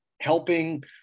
helping